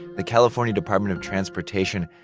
the california department of transportation,